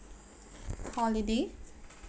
holiday